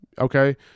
Okay